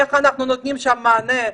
איך אנחנו נותנים שם מענה,